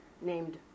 named